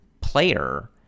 player